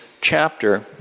chapter